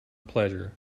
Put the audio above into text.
pleasure